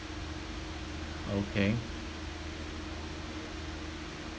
okay